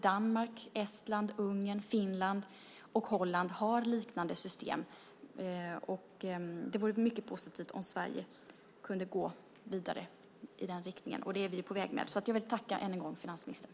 Danmark, Estland, Ungern, Finland och Holland har liknande system. Det vore mycket positivt om Sverige kunde gå vidare i den riktningen, och det är vi på väg att göra. Jag vill än en gång tacka finansministern.